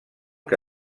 que